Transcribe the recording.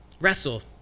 Wrestle